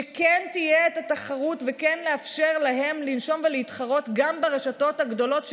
כן תהיה תחרות ושכן תהיה להם אפשרות לנשום ולהתחרות גם ברשתות הגדולות,